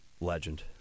legend